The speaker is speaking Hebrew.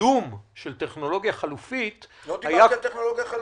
הקידום של טכנולוגיה חלופית -- לא דיברתי על טכנולוגיה חלופית.